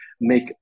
make